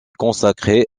consacrée